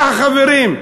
והחברים,